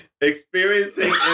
experiencing